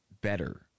better